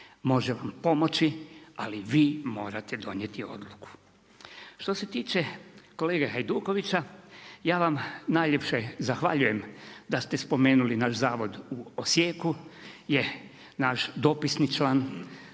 Možemo pomoći, ali vi morate donijeti odluku. Što se tiče kolega Hajdukovića, ja vam najljepše zahvaljujem, da ste spomenuli naš zavod u Osijeku, gdje naš dopisni član